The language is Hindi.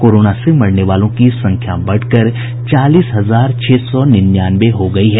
कोरोना से मरने वालों की संख्या बढ़कर चालीस हजार छह सौ निन्यानवे हो गई है